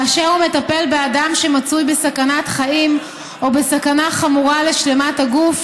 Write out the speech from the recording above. כאשר הוא מטפל באדם שמצוי בסכנת חיים או בסכנה חמורה לשלמות הגוף,